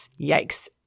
Yikes